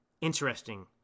interesting